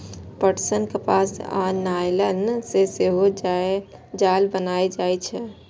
पटसन, कपास आ नायलन सं सेहो जाल बनाएल जाइ छै